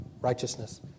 righteousness